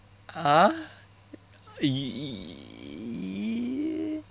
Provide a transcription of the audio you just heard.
!huh! y~